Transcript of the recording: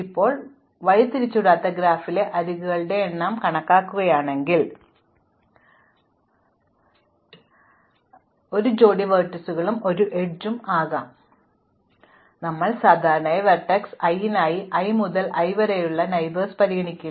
ഇപ്പോൾ നിങ്ങൾ ഒരു വഴിതിരിച്ചുവിടാത്ത ഗ്രാഫിലെ അരികുകളുടെ എണ്ണം കണക്കാക്കുകയാണെങ്കിൽ ഓരോ ജോഡി വെർട്ടീസുകളും ഒരു എഡ്ജ് ആകാം ഞങ്ങൾ സാധാരണയായി സ്വയം ലൂപ്പുകൾ അനുവദിക്കുന്നില്ല ഞങ്ങൾ സാധാരണയായി വെർട്ടെക്സ് i നായി i മുതൽ i വരെയുള്ള അരികുകൾ പരിഗണിക്കില്ല